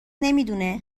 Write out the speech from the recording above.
نمیدونه